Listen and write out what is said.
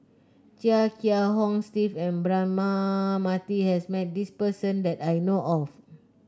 Chia Kiah Hong Steve and Braema Mathi has met this person that I know of